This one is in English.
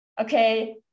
okay